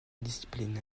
discipline